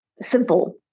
simple